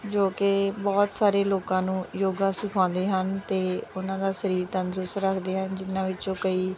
ਜੋ ਕਿ ਬਹੁਤ ਸਾਰੇ ਲੋਕਾਂ ਨੂੰ ਯੋਗਾ ਸਿਖਾਉਂਦੇ ਹਨ ਅਤੇ ਉਹਨਾਂ ਦਾ ਸਰੀਰ ਤੰਦਰੁਸਤ ਰੱਖਦੇ ਹਨ ਜਿਹਨਾਂ ਵਿੱਚੋਂ ਕਈ